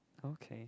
okay